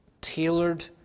tailored